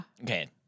Okay